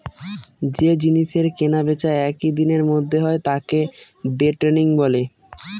যে জিনিসের কেনা বেচা একই দিনের মধ্যে হয় তাকে দে ট্রেডিং বলে